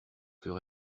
fur